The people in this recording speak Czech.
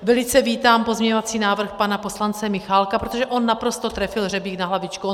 Velice vítám pozměňovací návrh pana poslance Michálka, protože on naprosto trefil hřebík na hlavičku.